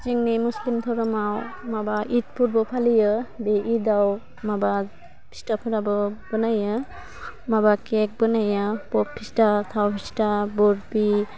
जोंनि मुस्लिम धोरोमाव माबा इद फोरबो फालियो बे इदाव माबा फिथाफोरबो बानायो माबा केक बानायो पप फिथा थाव फिथा बरपि